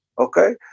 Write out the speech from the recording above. Okay